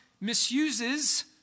misuses